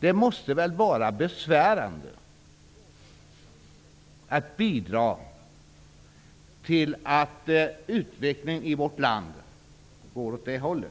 Det måste väl vara besvärande att medverka till att utvecklingen i vårt land går åt det hållet?